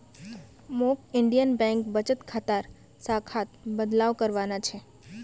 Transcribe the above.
मौक Indian Bank बचत खातार शाखात बदलाव करवाना छ